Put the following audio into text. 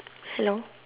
hello